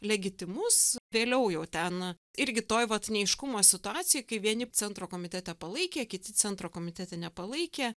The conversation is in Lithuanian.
legitimus vėliau jau ten irgi toj vat neaiškumo situacijoj kai vieni centro komitete palaikė kiti centro komitete nepalaikė